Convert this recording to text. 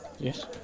Yes